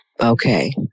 Okay